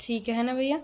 ठीक है ना भैया